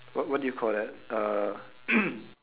what what do you call that uh